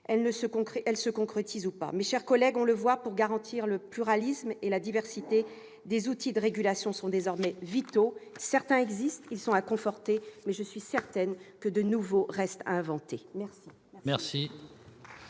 et du jazz, le CNV. Mes chers collègues, on le voit, pour garantir le pluralisme et la diversité, les outils de régulation sont désormais vitaux. Certains existent et doivent être confortés, mais je suis certaine que de nouveaux restent à inventer. Très